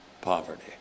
poverty